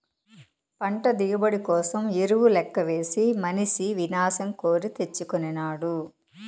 పంట దిగుబడి కోసరం ఎరువు లెక్కవేసి మనిసి వినాశం కోరి తెచ్చుకొనినాడు